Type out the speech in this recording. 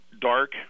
dark